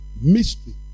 Mystery